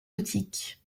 boutique